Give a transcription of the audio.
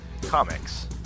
Comics